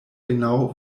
genau